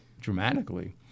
dramatically